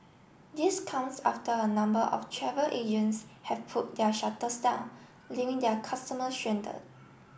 this comes after a number of travel agents have pulled their shutters down leaving their customer stranded